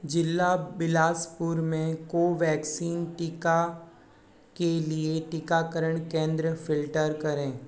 जिला बिलासपुर में कोवैक्सीन टीका के लिए टीकाकरण केंद्र फ़िल्टर करें